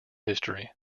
history